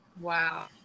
Wow